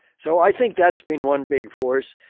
so, i think that's been one big force.